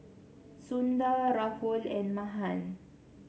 Sundar Rahul and Mahan